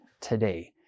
today